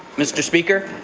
mr. speaker,